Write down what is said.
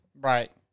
Right